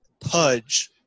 Pudge